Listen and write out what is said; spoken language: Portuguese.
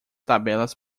tabelas